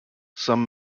some